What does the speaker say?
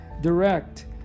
direct